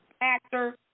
actor